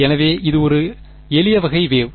எனவே இது ஒரு எளிய வகை வேவ்